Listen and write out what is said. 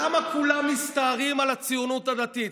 למה כולם מסתערים על הציונות הדתית?